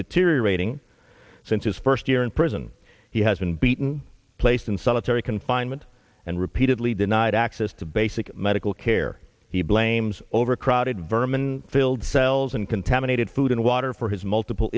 deteriorating since his first year in prison he has been beaten placed in solitary confinement and repeatedly denied access to basic medical care he blames overcrowded vermin filled cells and contaminated food and water for his multiple